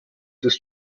ist